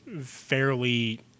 fairly